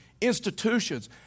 institutions